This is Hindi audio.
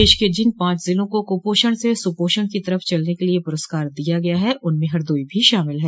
देश के जिन पांच जिलों को कुपोषण से सुपोषण की तरफ चलने के लिए पुरस्कार दिया गया है उनमें हरदोई भी शामिल है